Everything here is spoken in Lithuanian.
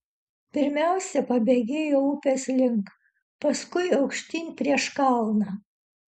pirmiausia pabėgėjau upės link paskui aukštyn prieš kalną